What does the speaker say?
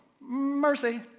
mercy